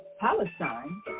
Palestine